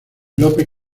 lope